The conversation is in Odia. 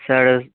ସିଆଡ଼େ